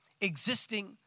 existing